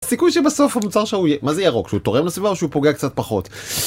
סיכוי שבסוף המוצר שלו יהיה... מה זה ירוק? שהוא תורם לסביבה או שהוא פוגע קצת פחות?